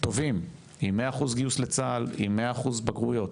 טובים עם 100% גיוס לצה"ל, עם 100% בגרויות.